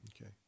Okay